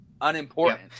unimportant